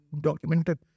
documented